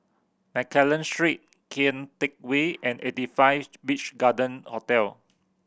Mccallum Street Kian Teck Way and Eighty Five Beach Garden Hotel